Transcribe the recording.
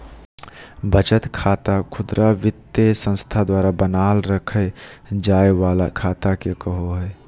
बचत खाता खुदरा वित्तीय संस्था द्वारा बनाल रखय जाय वला खाता के कहो हइ